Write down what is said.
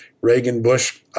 Reagan-Bush